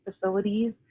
facilities